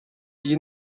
you